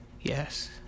yes